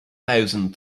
thousand